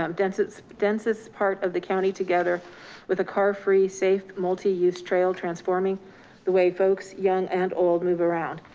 um densest densest part of the county together with a car-free safe multi-use trail, transforming the way folks young and old move around.